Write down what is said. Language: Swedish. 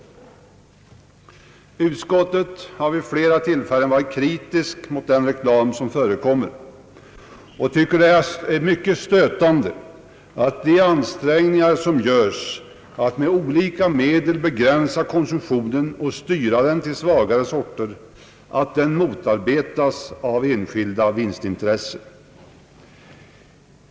Bevillningsutskottet har vid flera tillfällen varit kritiskt mot den spritreklam som nu förekommer och har tyckt det vara mycket stötande att de an strängningar som görs att med olika medel begränsa konsumtionen och styra den till svagare sorter motarbetas av enskilda vinstintressen.